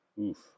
Oof